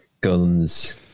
guns